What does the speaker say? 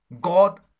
God